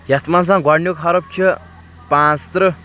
یَتھ منٛز گۄڈنیُک حَرُف چھِ پانٛژھ تٕرٛہ